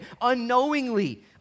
unknowingly